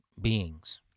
beings